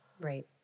Right